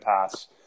pass